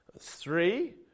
Three